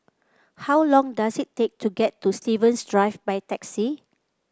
how long does it take to get to Stevens Drive by taxi